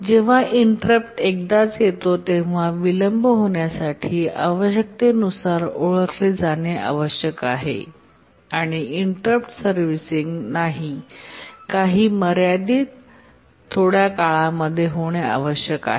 जेव्हा इंटरप्ट एकदाच येतो तेव्हा विलंब होण्यासाठी आवश्यकतेनुसार ओळखले जाणे आवश्यक आहे आणि इंटरप्ट सर्व्हिसिंग काही मर्यादित थोड्या काळा मध्येच होणे आवश्यक आहे